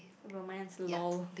ya but mine is lol